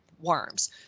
worms